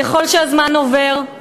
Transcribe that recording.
ככל שהזמן עובר,